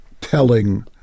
telling